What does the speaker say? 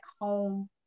home